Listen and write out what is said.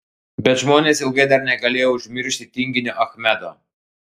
bet žmonės ilgai dar negalėjo užmiršti tinginio achmedo